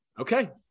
okay